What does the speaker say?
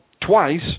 twice